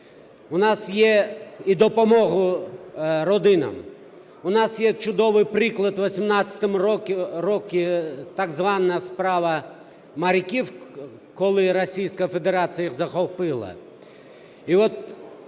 захисту і допомогу родинам. У нас є чудовий приклад – у 2018 році так звана справа моряків, коли Російська Федерація їх захопила.